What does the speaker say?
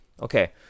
Okay